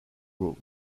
rule